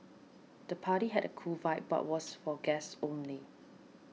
the party had a cool vibe but was for guests only